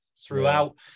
throughout